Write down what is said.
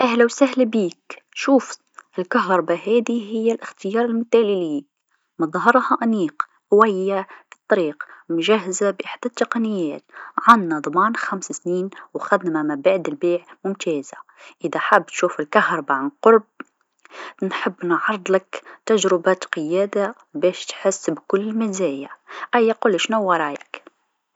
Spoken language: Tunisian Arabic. أهلا وسهلا بيك، شوف الكهربا هاذي هي الإختيار المثالي ليك مظهرها أنيق قويه في طريق مجهزه بأحدث تقنيات، عندنا ضمان خمس سنين و خدمه ما بعد البيع ممتازه، إذا حاب تشوف الكهربا عن قرب نحب نعرضلك تجربة قياده باش تحس بكل المزايا، أيا قولي شنوا رايك.